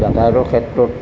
যাতায়তৰ ক্ষেত্ৰত